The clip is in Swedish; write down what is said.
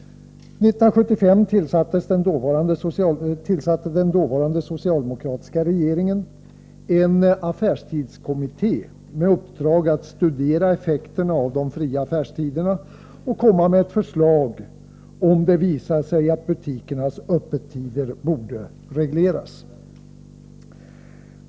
År 1975 tillsatte den dåvarande socialdemokratiska regeringen en affärstidskommitté med uppdrag att studera effekterna av de fria affärstiderna och komma med ett förslag, om det visar sig att butikernas öppettider borde regleras.